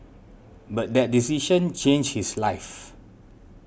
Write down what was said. but that decision changed his life